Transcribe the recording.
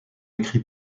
écrit